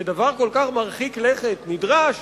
שדבר כל כך מרחיק לכת נדרש,